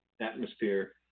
atmosphere